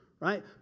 right